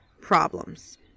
problems